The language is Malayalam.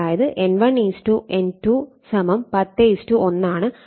അതായത് N1 N2 10 1 ആണ്